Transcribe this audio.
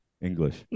English